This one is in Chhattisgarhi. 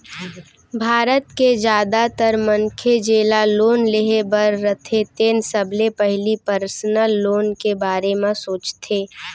भारत के जादातर मनखे जेला लोन लेहे बर रथे तेन सबले पहिली पर्सनल लोन के बारे म सोचथे